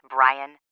Brian